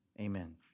Amen